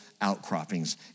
outcroppings